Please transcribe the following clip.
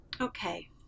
Okay